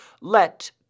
Let